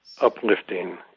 uplifting